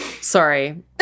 Sorry